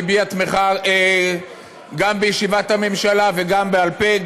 שהביע תמיכה גם בישיבת הממשלה וגם בעל פה,